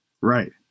Right